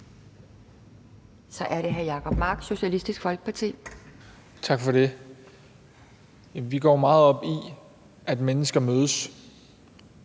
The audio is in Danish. Så er det hr. Jacob Mark, Socialistisk Folkeparti. Kl. 12:29 Jacob Mark (SF): Tak for det. Vi går meget op i, at mennesker mødes